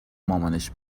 مامانش